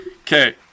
Okay